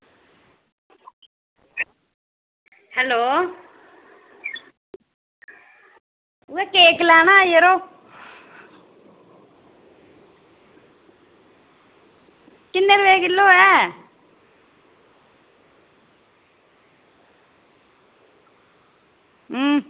hello में cake लैना हा यरो किन्ने रपेऽ किलो ऐ